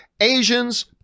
Asians